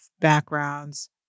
backgrounds